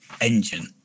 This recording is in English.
engine